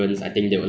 like if